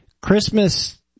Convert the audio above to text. Christmas